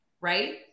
Right